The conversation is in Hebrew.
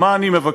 מה אני מבקש,